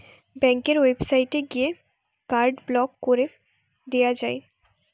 ব্যাংকের ওয়েবসাইটে গিয়ে কার্ড ব্লক কোরে দিয়া যায়